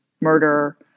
murder